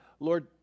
Lord